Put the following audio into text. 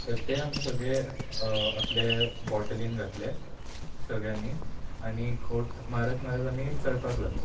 तर तें आमी सगलें आपले बाॅटलीन घातलें सगल्यांनी आनी एक घोट मारत मारत आमी चलपाक लागले